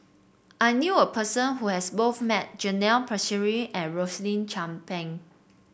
I knew a person who has both met Janil Puthucheary and Rosaline Chan Pang